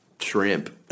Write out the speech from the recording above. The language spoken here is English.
shrimp